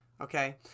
Okay